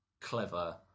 clever